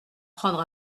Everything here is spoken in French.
prendre